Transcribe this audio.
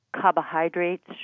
carbohydrates